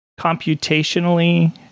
computationally